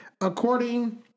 according